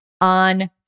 on